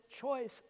choice